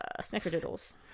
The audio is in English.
Snickerdoodles